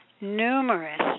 numerous